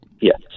Yes